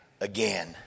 again